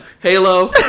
Halo